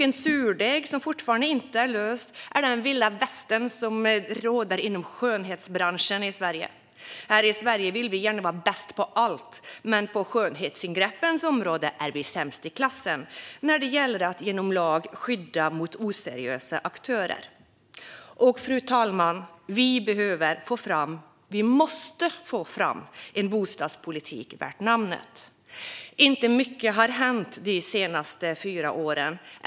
En surdeg som fortfarande återstår är den vilda västern som råder inom skönhetsbranschen i Sverige. Här i Sverige vill vi gärna vara bäst på allt, men på skönhetsingreppens område är vi sämst i klassen när det gäller att genom lag skydda mot oseriösa aktörer. Fru talman! Vi måste också få fram en bostadspolitik värd namnet. Inte mycket har hänt de senaste fyra åren.